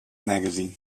magazine